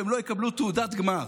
והם לא יקבלו תעודת גמר.